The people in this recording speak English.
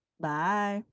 Bye